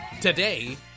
Today